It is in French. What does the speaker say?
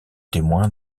témoin